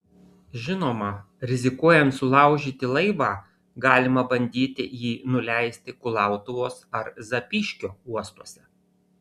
žinoma rizikuojant sulaužyti laivą galima bandyti jį nuleisti kulautuvos ar zapyškio uostuose